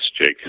Jake